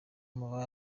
muri